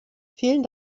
vielen